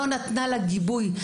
לא נתנה לה גיבוי.